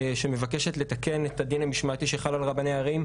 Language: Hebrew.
שמבקשת לתקן את הדין המשמעתי שחל על רבני ערים,